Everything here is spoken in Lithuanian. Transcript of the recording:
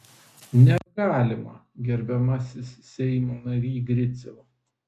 negalima gerbiamasis seimo nary griciau